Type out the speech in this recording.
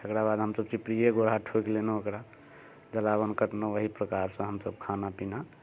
तकरा बाद हमसभ चिपड़िए गोरहा ठोकि लेलहुँ ओकरा जलावन कयलहुँ एही प्रकारसँ हमसभ खाना पीना